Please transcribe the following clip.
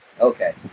Okay